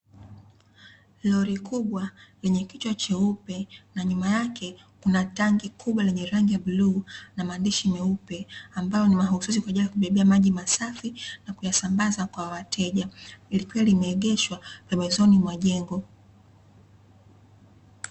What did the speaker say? Lori kubwa lenye kichwa cheupe na nyuma yake kuna tangi kubwa lenye rangi ya bluu na maandishi meupe ambayo ni mahususi kwa ajili ya kubebea maji masafi na kuyasambaza kwa wateja, likiwa limeegeshwa pembezoni mwa jengo.